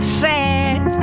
sad